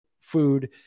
food